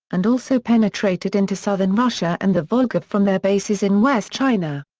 and also penetrated into southern russia and the volga from their bases in west china.